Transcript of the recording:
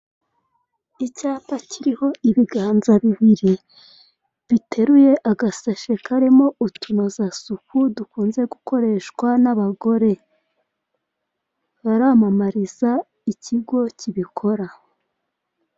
Icyapa kiriho ibiganza bibiri biteruye agasashi karimo utunozasuku dukunze gukoreshwa n'abagore. Baramamariza ikigo kibikora.